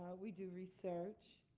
we do research.